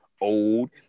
old –